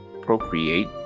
procreate